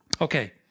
Okay